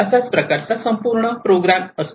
अशाच प्रकारचा संपूर्ण प्रोग्राम असतो